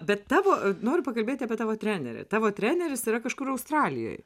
bet tavo noriu pakalbėti apie tavo trenerį tavo treneris yra kažkur australijoj